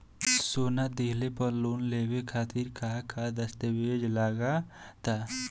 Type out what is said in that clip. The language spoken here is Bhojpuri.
सोना दिहले पर लोन लेवे खातिर का का दस्तावेज लागा ता?